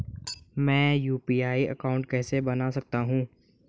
मैं UPI account कैसे बना सकता हूं?